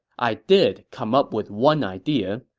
i did come up with one idea,